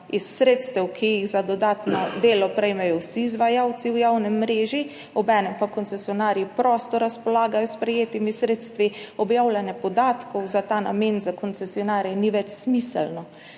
iz sredstev, ki jih za dodatno delo prejmejo vsi izvajalci v javni mreži, obenem pa koncesionarji prosto razpolagajo s prejetimi sredstvi, objavljanje podatkov za ta namen za koncesionarje ni več smiselno.